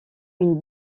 une